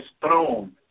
throne